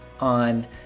on